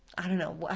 i don't know,